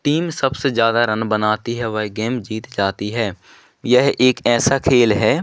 team सबसे ज़्यादा run बनाती है वह गेम जीत जाती है यह एक ऐसा खेल है